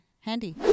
handy